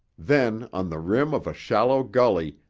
then, on the rim of a shallow gully,